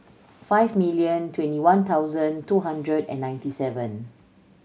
five million twenty one thousand two hundred and ninety seven